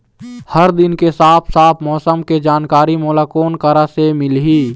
हर दिन के साफ साफ मौसम के जानकारी मोला कोन करा से मिलही?